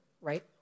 right